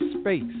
space